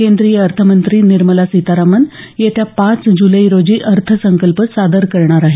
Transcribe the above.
केंद्रीय अर्थमंत्री निर्मला सीतारामन येत्या पाच जुलै रोजी अर्थसंकल्प सादर करणार आहेत